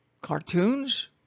cartoons